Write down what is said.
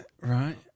Right